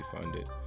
funded